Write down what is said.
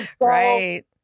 Right